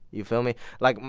you feel me? like,